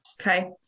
Okay